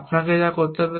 আপনাকে যা করতে হবে